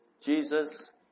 Jesus